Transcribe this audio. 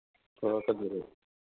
ꯊꯣꯛꯂꯛꯀꯗꯧꯔꯤ